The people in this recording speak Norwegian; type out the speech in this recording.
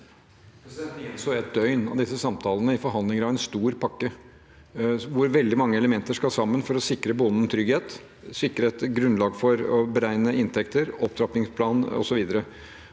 døgn av disse samtalene i forhandlingene om en stor pakke, hvor veldig mange elementer skal sammen for å sikre bonden trygghet, sikre et grunnlag for å beregne inntekter, opptrappingsplan osv.